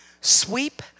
sweep